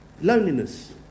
Loneliness